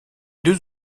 deux